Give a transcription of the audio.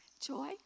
joy